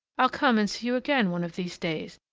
i'll come and see you again one of these days,